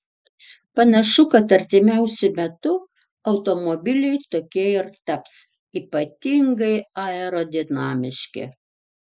panašu kad artimiausiu metu automobiliai tokie ir taps ypatingai aerodinamiški